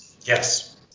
Yes